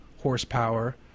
horsepower